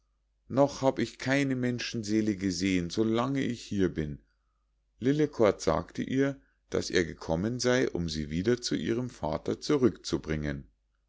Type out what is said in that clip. noch habe ich keine menschenseele gesehen so lange ich hier bin lillekort sagte ihr daß er gekommen sei um sie wieder zu ihrem vater zurückzubringen